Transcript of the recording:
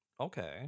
Okay